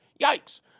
Yikes